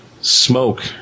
smoke